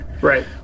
Right